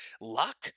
luck